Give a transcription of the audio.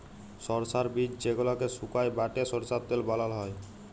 সরষার বীজ যেগলাকে সুকাই বাঁটে সরষার তেল বালাল হ্যয়